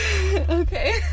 okay